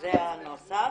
זה הנוסח.